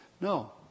No